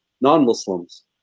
non-Muslims